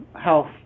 health